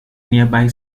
nearby